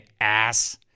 ass